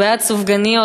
הוא בעד סופגניות.